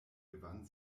gewann